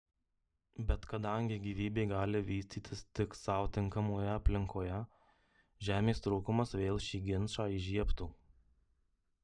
bet kadangi gyvybė gali vystytis tik sau tinkamoje aplinkoje žemės trūkumas vėl šį ginčą įžiebtų